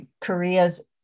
Korea's